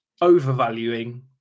overvaluing